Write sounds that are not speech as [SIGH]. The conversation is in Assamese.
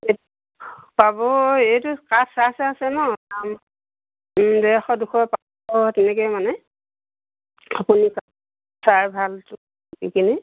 [UNINTELLIGIBLE] পাব এইটো কাঠ চাই চাই আছে ন ডেৰশ দুশ পাঁচশ তেনেকৈ মানে আপুনি [UNINTELLIGIBLE] ভাল কিনে